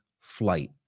flight